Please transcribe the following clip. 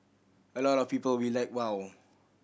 a lot of people were like wow